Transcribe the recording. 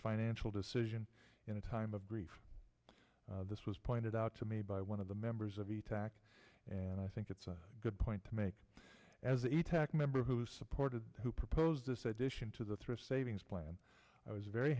financial decision in a time of grief this was pointed out to me by one of the members of the tac and i think it's a good point to make as a tack member who supported who proposed this addition to the thrift savings plan i was very